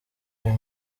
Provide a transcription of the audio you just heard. ayo